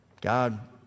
God